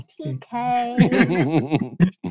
TK